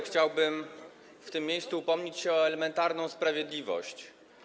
Chciałbym w tym miejscu upomnieć się o elementarną sprawiedliwość.